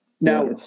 now